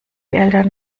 eltern